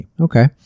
Okay